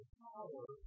power